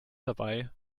dabei